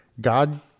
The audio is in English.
God